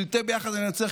שלטי ביחד ננצח.